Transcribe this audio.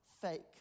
fake